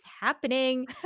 happening